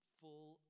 full